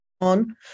on